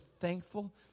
thankful